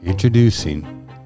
Introducing